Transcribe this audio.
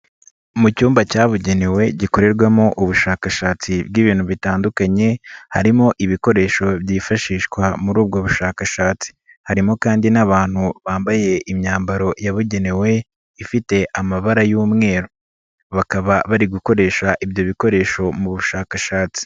Mu cyumba cyabugenewe gikorerwamo ubushakashatsi bw'ibintu bitandukanye, harimo ibikoresho byifashishwa muri ubwo bushakashatsi, harimo kandi n'abantu bambaye imyambaro yabugenewe ifite amabara y'umweru, bakaba bari gukoresha ibyo bikoresho mu bushakashatsi.